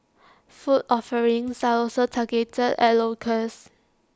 food offerings are also targeted at locals